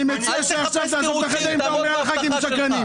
אני מציע שעכשיו תעזוב את החדר אם אתה אומר על ח"כים שקרנים.